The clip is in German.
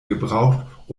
gebraucht